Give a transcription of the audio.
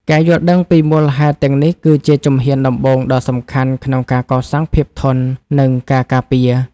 ការយល់ដឹងពីមូលហេតុទាំងនេះគឺជាជំហានដំបូងដ៏សំខាន់ក្នុងការកសាងភាពធន់ និងការការពារ។